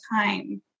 time